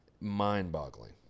mind-boggling